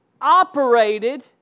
operated